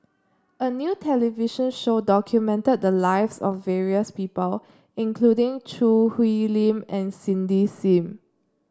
a new television show documented the lives of various people including Choo Hwee Lim and Cindy Sim